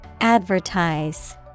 Advertise